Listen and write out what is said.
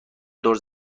دور